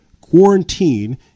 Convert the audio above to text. Quarantine